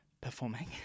performing